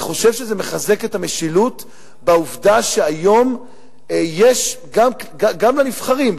אני חושב שזה מחזק את המשילות בעובדה שהיום יש גם לנבחרים,